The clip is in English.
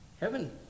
Heaven